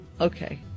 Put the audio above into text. Okay